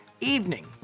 evening